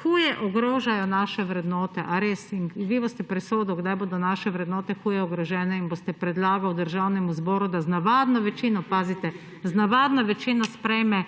Huje ogrožajo naše vrednote. Ali res? In vi boste presodili, kdaj bodo naše vrednote huje ogrožene, in boste predlagali Državnemu zboru, da z navadno večino – pazite, z navadno večino – sprejme